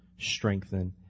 strengthen